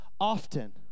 often